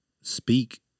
speak